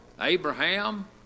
Abraham